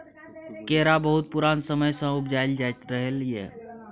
केरा बहुत पुरान समय सँ उपजाएल जाइत रहलै यै